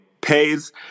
Pays